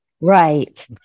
right